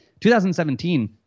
2017